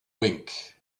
wink